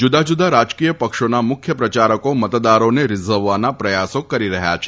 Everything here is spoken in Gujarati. જુદા જુદા રાજકીય પક્ષોના મુખ્ય પ્રચારકો મતદારોને રીઝવવાના પ્રથાસો કરી રહ્યા છે